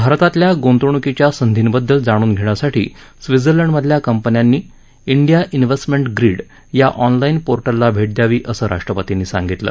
भारतातल्या गृंतवणूकीच्या संधींबद्दल जाणून घेण्यासाठी स्वित्झर्लंडमधल्या कंपन्यांनी इंडिया इन्व्हेस्टमेंट ग्रिड या ऑनलाईन पोर्टलला भेट द्यावी असं राष्ट्रपतींनी सांगितलं